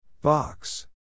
Box